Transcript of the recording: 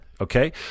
Okay